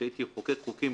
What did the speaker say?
כשהייתי מחוקק חוקים,